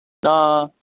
ꯑꯥ